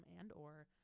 and/or